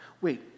wait